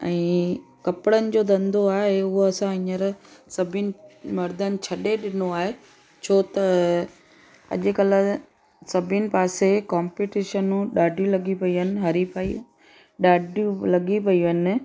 ऐं कपिड़नि जो धंधो आहे उहा असां हींअर सभिनि मर्दनि छॾे ॾिनो आहे छो त अॼु कल्ह सभिनि पासे कॉंप्टीशनूं ॾाढी लॻी पई आहिनि हरि फ़ाई ॾाढी लॻी पयूं आहिनि